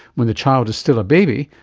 when the child is still a baby,